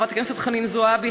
חברת הכנסת חנין זועבי,